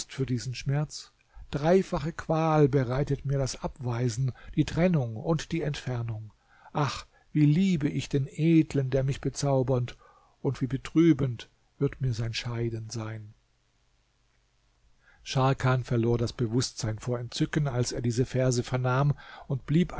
für diesen schmerz dreifache qual bereitet mir das abweisen die trennung und die entfernung ach wie liebe ich den edlen der mich bezaubert und wie betrübend wird mir sein scheiden sein scharkan verlor das bewußtsein vor entzücken als er diese verse vernahm und blieb